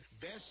Best